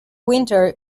winter